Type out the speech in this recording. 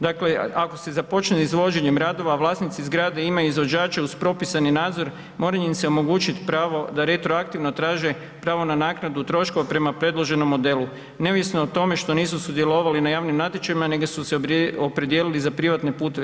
Dakle, ako se započne izvođenjem radova vlasnici zgrade imaju izvođače uz propisani nadzor mora im se omogućit pravo da retroaktivno traže pravo na naknadu troškova prema predloženom modelu neovisno o tome što nisu sudjelovali na javnim natječajima nego su se opredijelili za privatne puteve.